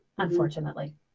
Unfortunately